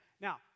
Now